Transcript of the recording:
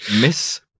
Miss